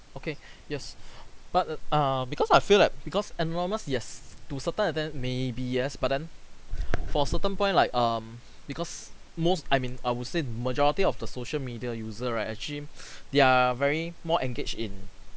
okay yes but a err because I feel like because anonymous yes to certain extent maybe yes but then for certain point like um because most I mean I would say majority of the social media user right actually they're very more engaged in